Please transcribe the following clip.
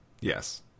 Yes